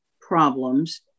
problems